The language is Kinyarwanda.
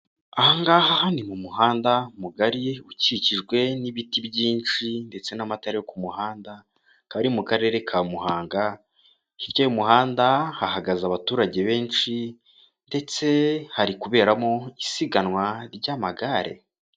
Ahangaha han ni mu muhanda mugari, ukikijwe n'ibiti byinshi, ndetse n'amatara yo ku muhanda, kaba ari mu Karere ka Muhanga, hirya y'umuhanda hahagaze abaturage benshi, ndetse hari kuberamo isiganwa ry'amagare.